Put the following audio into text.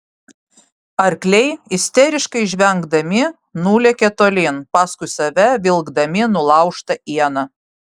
arkliai isteriškai žvengdami nulėkė tolyn paskui save vilkdami nulaužtą ieną